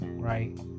Right